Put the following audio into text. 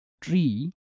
tree